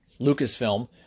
Lucasfilm